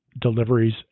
deliveries